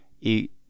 eat